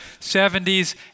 70s